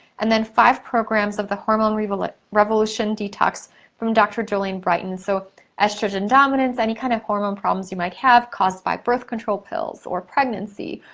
and then, five programs of the hormone like revolution detox from doctor jolene brighten, so estrogen dominance, any kind of hormone problems you might have caused by birth control pills, or pregnancy,